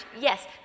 Yes